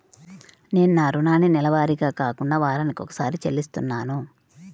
నేను నా రుణాన్ని నెలవారీగా కాకుండా వారానికోసారి చెల్లిస్తున్నాను